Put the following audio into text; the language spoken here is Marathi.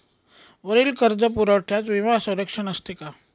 वरील कर्जपुरवठ्यास विमा संरक्षण असते का?